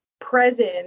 present